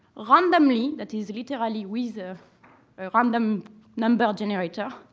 randomly that is, literally with a random number generator,